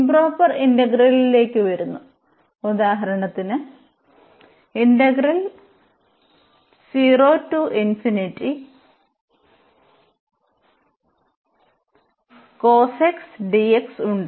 improper ഇന്റഗ്രലിലേക്കു വരുന്നു ഉദാഹരണത്തിന് ഉണ്ട്